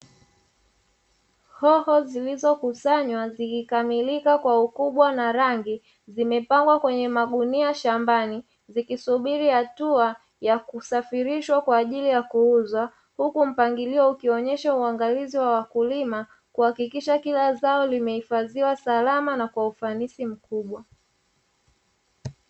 Hoho zilizokusanywa zikikakamilika kwa ukubwa na rangi zimepangwa kwenye magunia shambani, zikisubiri hatua ya kusafirishwa kwaajili ya kuuzwa, huku mpangilio ukionyesha uangalizi wa wakulima kuhakikisha kila zao limehifadhiwa salama na kwa ufanisi mkubwa.